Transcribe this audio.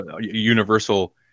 Universal